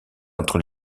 entre